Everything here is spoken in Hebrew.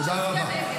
תודה רבה.